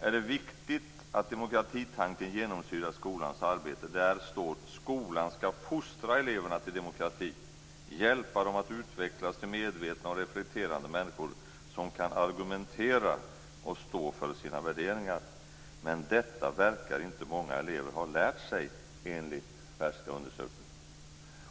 är det viktigt att demokratitanken genomsyrar skolans arbete: Skolan ska fostra eleverna till demokrati, hjälpa dem att utvecklas till medvetna och reflekterande människor som kan argumentera och stå för sina värderingar. - Men detta verkar inte många elever ha lärt sig, enligt undersökningen".